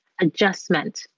adjustment